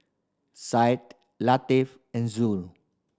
Syed Latif and Zoo